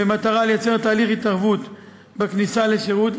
במטרה לייצר תהליך התערבות בכניסה לשירות,